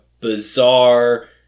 bizarre